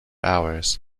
hours